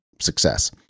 success